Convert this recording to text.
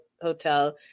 hotel